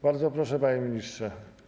Bardzo proszę, panie ministrze.